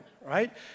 right